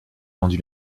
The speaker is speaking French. vendue